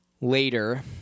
later